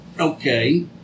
Okay